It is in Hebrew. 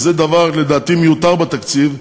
שזה דבר לדעתי מיותר בתקציב,